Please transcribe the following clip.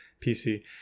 PC